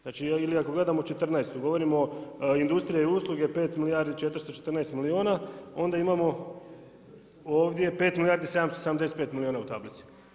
Znači ako gledamo 2014. govorimo industrija i usluge 5 milijardi 414 milijuna onda imamo ovdje 5 milijardi 775 milijuna u tablici.